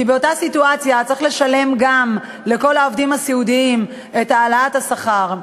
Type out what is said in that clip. כי צריך לשלם גם לכל העובדים הסיעודיים את העלאת השכר.